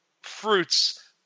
fruits